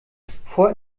vor